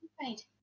Right